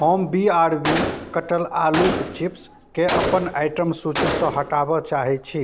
हम B R B कटल आलूक चिप्सके अपन आइटम सूचीसँ हटाबऽ चाहै छी